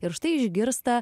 ir štai išgirsta